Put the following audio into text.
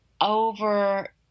over